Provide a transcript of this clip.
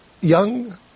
Young